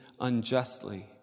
unjustly